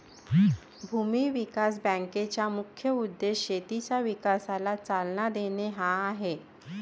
भूमी विकास बँकेचा मुख्य उद्देश शेतीच्या विकासाला चालना देणे हा आहे